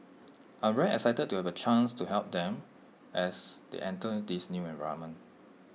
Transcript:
I'm very excited to have A chance to help them as they enter this new environment